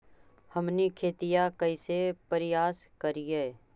हमनी खेतीया कइसे परियास करियय?